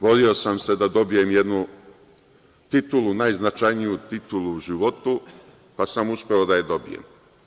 Borio sam se da dobijem jednu titulu najznačajniju titulu u životu, pa sam uspeo da je dobijem.